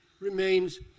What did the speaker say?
remains